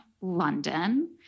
London